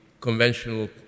conventional